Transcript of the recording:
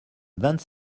vingt